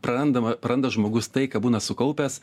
prarandama praranda žmogus tai ką būna sukaupęs